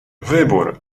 wybór